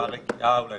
פערי TR לפחות